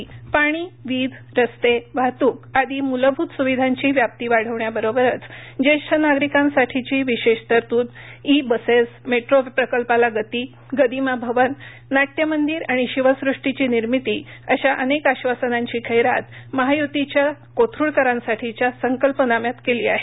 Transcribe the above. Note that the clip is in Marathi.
संकल्पनामा पाणी वीज रस्ते वाहतुक आदी मुलभूत सुविधांची व्याप्ती वाढवण्याबरोबरच ज्येष्ठ नागरीकांसाठीची विशेष तरतूद ई बसेस मेट्रो प्रकल्पाला गती गदीमा भवन नाट्यमंदीर आणि शिवसुष्टीची निर्मिती अशा अनेक आश्वासनांची खैरात महायुतीच्या कोथरुडकरांसाठीच्या संकल्पनाम्यात केली आहे